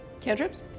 Cantrips